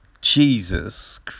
Jesus